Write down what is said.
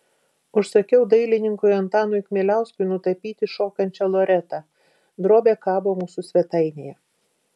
užsakiau dailininkui antanui kmieliauskui nutapyti šokančią loretą drobė kabo mūsų svetainėje